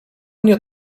mnie